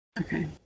okay